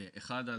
אחד,